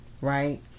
Right